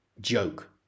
joke